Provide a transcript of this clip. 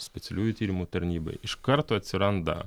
specialiųjų tyrimų tarnybai iš karto atsiranda